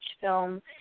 Film